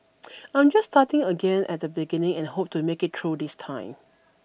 I am just starting again at the beginning and hope to make it through this time